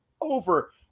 over